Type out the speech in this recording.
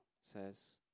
says